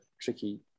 tricky